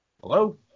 hello